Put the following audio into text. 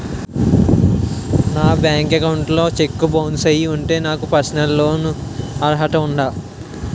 నా bank account లో cheque bounce అయ్యి ఉంటే నాకు పర్సనల్ లోన్ కీ అర్హత ఉందా?